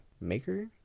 maker